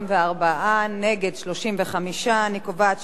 35. אני קובעת שהצעת חוק איסור פרסום גזעני,